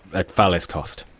at far less cost?